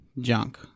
junk